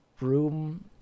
room